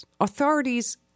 authorities